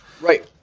Right